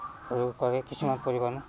কৰিব পাৰে কিছুমান পৰিবহণে